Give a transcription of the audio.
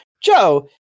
Joe